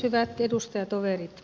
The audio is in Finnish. hyvät edustajatoverit